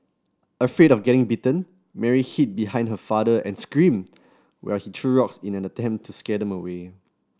afraid of getting bitten Mary hid behind her father and screamed while he threw rocks in an attempt to scare them away